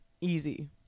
Easy